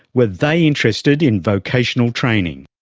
were they interested in vocational training?